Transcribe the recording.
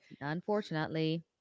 Unfortunately